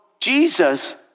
Jesus